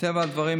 מטבע הדברים,